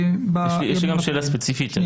היושב ראש, יש לי שאלה ספציפית.